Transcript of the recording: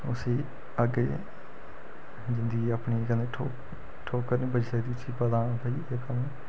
उसी अग्गें जिंदगी च अपनी च कदें ठोक्कर नी बज्जी सकदी उसी पता भई एह् कम्म